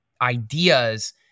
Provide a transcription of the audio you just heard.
ideas